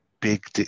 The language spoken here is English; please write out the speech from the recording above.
big